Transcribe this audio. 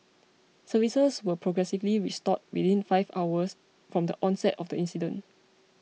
services were progressively restored within five hours from the onset of the incident